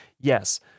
Yes